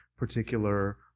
Particular